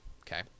Okay